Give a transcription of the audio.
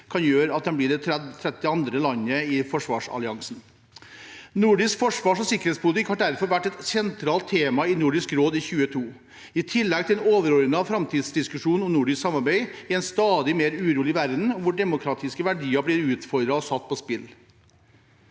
kan gjøre at de blir det 32. landet i forsvarsalliansen. Nordisk forsvars- og sikkerhetspolitikk har derfor vært et sentralt tema i Nordisk råd i 2022, i tillegg til den overord nede framtidsdiskusjonen om nordisk samarbeid i en stadig mer urolig verden hvor demokratiske verdier blir utfordret og satt på spill.